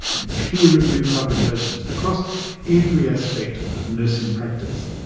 and peer-reviewed publications, across every aspect of nursing practice.